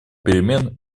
перемен